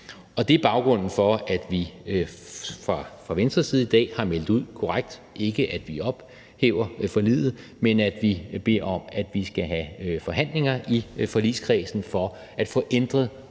dag. Det er baggrunden for, at vi fra Venstres side i dag har meldt ud, korrekt, ikke at vi ophæver forliget, men at vi beder om, at vi skal have forhandlinger i forligskredsen for at få ændret